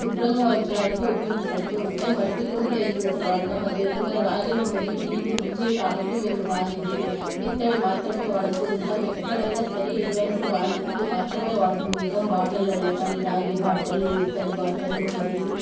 శుభ్రంగా ఉంచడానికి ఉపయోగపడుతూ ఉంటాయి మట్టి కుండలే ఎక్కువగా వాడుతాం అదేవిధంగా రాగిలో మరియు నీళ్లు మంచివి కాబట్టి మేము రాగి ఇత్తడి మాత్రమే వాడుతూ ఉంటాం ఎక్కడైనా సరే ఇలాంటివాట్లిని మాత్రమే వాడుతూ ఉంటాం బాటిళ్లలో కానీ రాగి బాటిళ్లు ఇత్తడి బాటిళ్లు మరియు